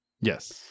Yes